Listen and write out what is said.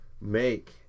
make